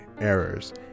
errors